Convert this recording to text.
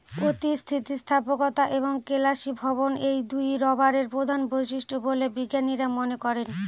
অতি স্থিতিস্থাপকতা এবং কেলাসীভবন এই দুইই রবারের প্রধান বৈশিষ্ট্য বলে বিজ্ঞানীরা মনে করেন